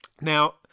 Now